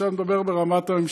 אבל עכשיו אני מדבר ברמת הממשלה.